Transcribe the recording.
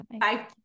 Bye